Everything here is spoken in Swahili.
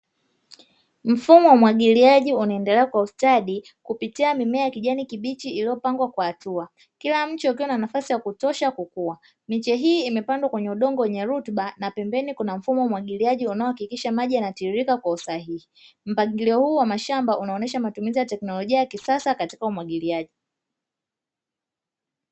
Mfumo wa umwagiliaji unaendelea kwa ustadi, kupitia mimea ya kijani kibichi iliyopangwa kwa hatua, kila mche ukiwa na nafasi ya kutosha kukua. Miche hii imepandwa kwenye udongo wenye rutuba na pembeni kuna mfumo wa umwagiliaji unaohakikisha maji yanatiririka kwa usahihi. Mpangilio huu wa mashamba unaonyesha matumizi ya teknolojia ya kisasa, katika umwagiliaji.